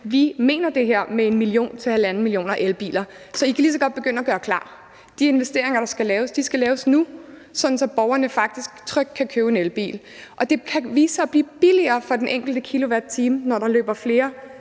vi mener det her med 1-1,5 millioner elbiler, så I kan lige så godt begynde at gøre klar. De investeringer, der skal laves, skal laves nu, sådan at borgerne faktisk trygt kan købe en elbil. Og det kan vise sig at blive billigere pr. enkelt kilowatt-time, når der løber flere